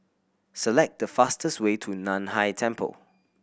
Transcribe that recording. select the fastest way to Nan Hai Temple